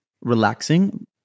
relaxing